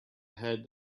had